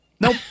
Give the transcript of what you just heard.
Nope